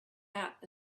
out